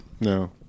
No